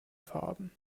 farben